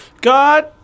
God